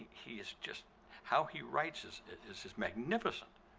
he is just how he writes is is just magnificent.